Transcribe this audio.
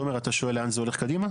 תומר, אתה שואל לאן זה הולך קדימה?